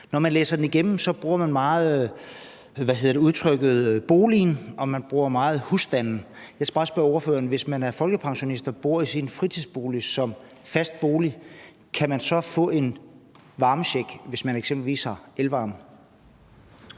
Når man læser den igennem, ser man, at udtrykkene boligen og husstanden bruges meget. Jeg skal bare spørge ordføreren: Hvis man er folkepensionist og bor i sin fritidsbolig som fast bolig, kan man så få en varmecheck, hvis man eksempelvis har elvarme?